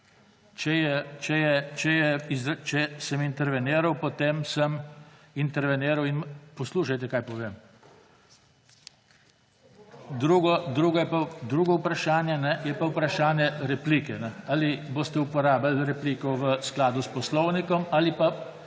Če sem interveniral, potem sem interveniral in poslušajte, kaj povem. Drugo vprašanje je pa vprašanje replike, ali boste uporabili repliko v skladu s poslovnikom ali pa